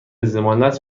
ضمانت